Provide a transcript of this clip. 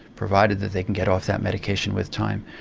provided that they can get off that medication with time.